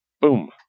boom